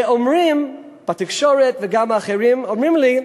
ואומרים בתקשורת, וגם האחרים אומרים לי: